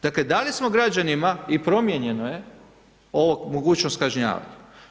Dakle, dali smo građanima i promijenjeno je, ova mogućnost kažnjavanja.